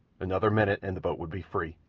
another minute and the boat would be free.